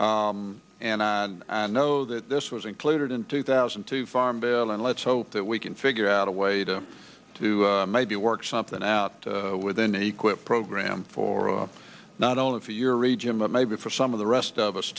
country and i know that this was included in two thousand and two farm bill and let's hope that we can figure out a way to to maybe work something out within a quick program for not only for your region but maybe for some of the rest of us